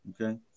Okay